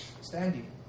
Standing